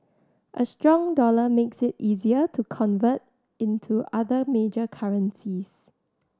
a strong dollar makes it easier to convert into other major currencies